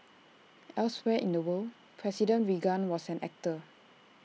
elsewhere in the world president Reagan was an actor